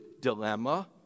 dilemma